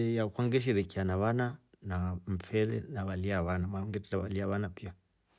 Bethidei yakwa ngesherekea na vana na mfele na valya vana maana ngete valia vana piya.